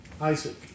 Isaac